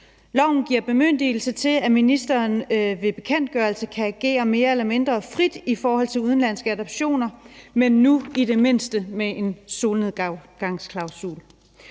Loven giver bemyndigelse til, at ministeren ved bekendtgørelse kan agere mere eller mindre frit i forhold til udenlandske adoptioner, men det er nu i det mindste med en solnedgangsklausul.